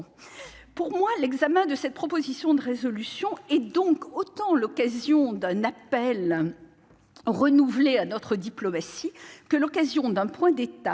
Pour moi, l'examen de cette proposition de résolution constitue donc autant un appel renouvelé à notre diplomatie que l'occasion d'un point d'étape